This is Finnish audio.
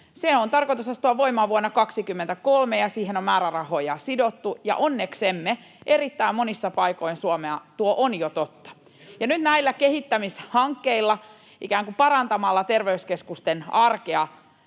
Sen on tarkoitus astua voimaan vuonna 23, ja siihen on määrärahoja sidottu, ja onneksemme erittäin monissa paikoin Suomea tuo on jo totta. Ja nyt näillä kehittämishankkeilla, ikään kuin parantamalla terveyskeskusten arkea